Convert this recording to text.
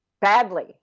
badly